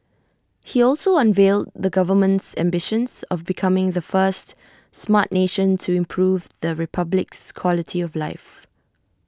he also unveiled the government's ambitions of becoming the first Smart Nation to improve the republic's quality of life